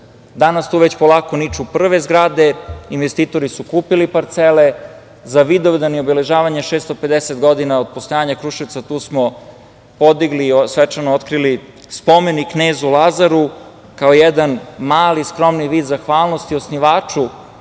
Danas tu već polako niču prve zgrade, investitori su kupili parcele za Vidovdan i obeležavanje 650 godina od postojanja Kruševca, tu smo svečano otkrili spomenik Knezu Lazaru, kao jedan mali, skromni vid zahvalnosti osnivaču